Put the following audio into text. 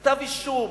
כתב-אישום,